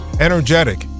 energetic